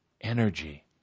energy